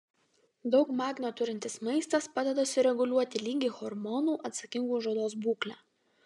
daug magnio turintis maistas padeda sureguliuoti lygį hormonų atsakingų už odos būklę